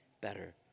better